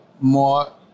more